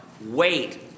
Wait